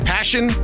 Passion